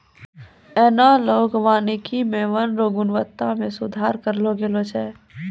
एनालाँक वानिकी मे वन रो गुणवत्ता मे सुधार करलो गेलो छै